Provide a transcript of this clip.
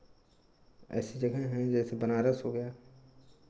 ऐसी जगहें हैं जैसे बनारस हो गया